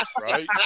Right